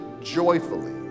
joyfully